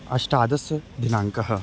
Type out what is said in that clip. अष्टादशदिनाङ्कः